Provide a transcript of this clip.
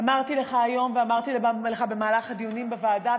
אמרתי לך היום ואמרתי לך במהלך הדיונים בוועדה,